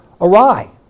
awry